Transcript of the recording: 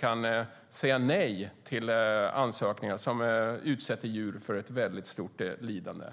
kan säga nej till ansökningar som utsätter djur för ett väldigt stort lidande.